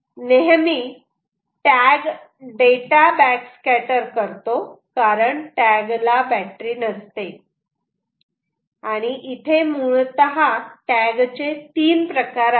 नेहमी tag data backscatter करतो कारण टॅग ला बॅटरी नसते आणि इथे मुळतः टॅग चे तीन प्रकार आहेत